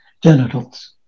genitals